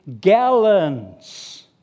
gallons